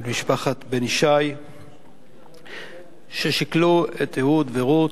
ולמשפחת בן-ישי ששכלו את אהוד ורות,